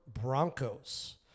Broncos